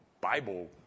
Bible